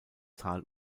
tal